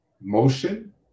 motion